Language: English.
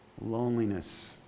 loneliness